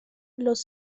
los